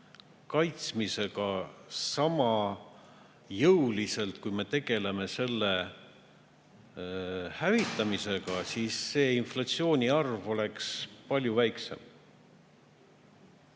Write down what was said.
kaitsmisega sama jõuliselt, kui me tegeleme selle hävitamisega, siis oleks inflatsioon palju väiksem.